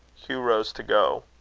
hugh rose to go.